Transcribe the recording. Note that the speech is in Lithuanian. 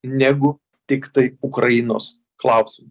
negu tiktai ukrainos klausimu